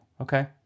Okay